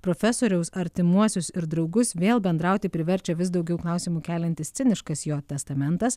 profesoriaus artimuosius ir draugus vėl bendrauti priverčia vis daugiau klausimų keliantis ciniškas jo testamentas